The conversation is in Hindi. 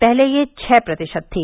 पहले यह छह प्रतिशत थी